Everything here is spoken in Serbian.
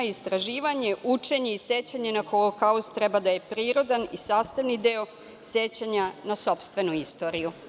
Istraživanje, učenje i sećanje na Holokaust treba da je prirodan i sastavni deo sećanja na sopstvenu istoriju.